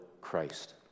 Christ